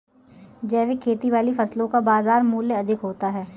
जैविक खेती वाली फसलों का बाजार मूल्य अधिक होता है